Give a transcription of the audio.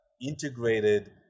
integrated